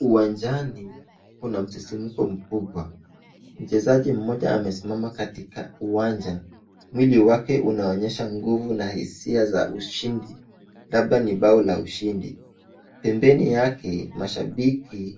Uwanjani kuna msisimko mkubwa. Mchezaji mmoja amesimama katika uwanja, mwili wake unaonyesha nguvu na hisia za ushindi labda ni mbao la ushindi. Pembeni yake mashambiki